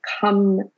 come